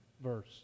verse